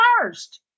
first